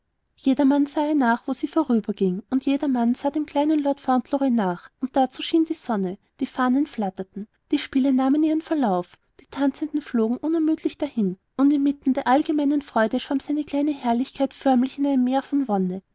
jedermann sah ihr nach wo sie vorüberging und jedermann sah dem kleinen lord fauntleroy nach und dazu schien die sonne die fahnen flatterten die spiele nahmen ihren verlauf die tanzenden flogen unermüdlich dahin und inmitten der allgemeinen freude schwamm seine kleine herrlichkeit förmlich in einem meer von wonne